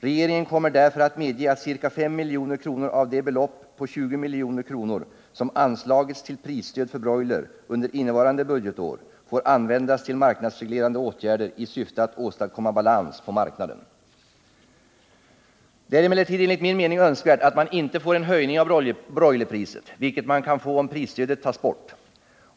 Regeringen kommer därför att medge att ca 5 milj.kr. av det belopp på 20 milj.kr. som anslagits till prisstöd för broiler under innevarande budgetår får användas till marknadsreglerande åtgärder i syfte att åstadkomma balans på marknaden. Det är emellertid enligt min mening önskvärt att man inte får en höjning av broilerpriset, vilket man kan få om prisstödet tas bort.